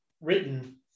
written